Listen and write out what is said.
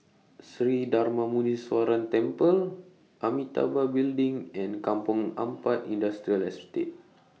Sri Darma Muneeswaran Temple Amitabha Building and Kampong Ampat Industrial Estate